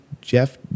Jeff